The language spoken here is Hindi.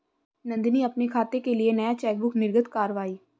नंदनी अपने खाते के लिए नया चेकबुक निर्गत कारवाई